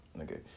Okay